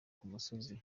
musozi